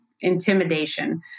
intimidation